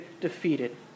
defeated